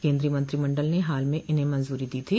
केन्द्रीय मंत्रिमंडल ने हाल में इन्हें मंजूरी दी थी